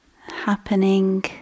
happening